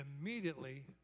Immediately